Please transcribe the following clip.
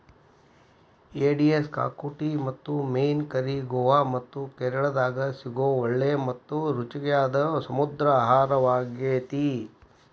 ಏಡಿಯ ಕ್ಸಾಕುಟಿ ಮತ್ತು ಮೇನ್ ಕರಿ ಗೋವಾ ಮತ್ತ ಕೇರಳಾದಾಗ ಸಿಗೋ ಒಳ್ಳೆ ಮತ್ತ ರುಚಿಯಾದ ಸಮುದ್ರ ಆಹಾರಾಗೇತಿ